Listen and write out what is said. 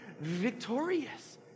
victorious